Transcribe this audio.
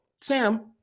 sam